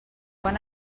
quan